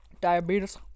diabetes